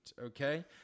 okay